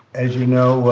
as you know,